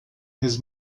his